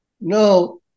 no